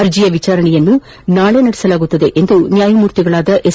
ಅರ್ಜಿಯ ವಿಚಾರಣೆಯನ್ನು ನಾಳೆ ಕೈಗೆತ್ತಿಕೊಳ್ಳಲಾಗುವುದು ಎಂದು ನ್ಯಾಯಮೂರ್ತಿಗಳಾದ ಎಸ್